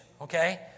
okay